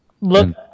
Look